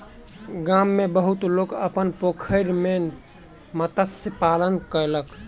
गाम में बहुत लोक अपन पोखैर में मत्स्य पालन कयलक